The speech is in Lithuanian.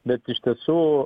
bet iš tiesų